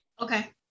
Okay